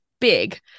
big